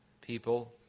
people